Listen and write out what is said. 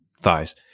thighs